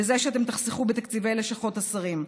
בזה שאתם תחסכו בתקציב לשכות השרים.